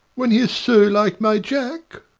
when he is so like my jack!